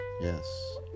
Yes